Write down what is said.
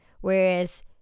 whereas